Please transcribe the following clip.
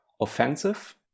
offensive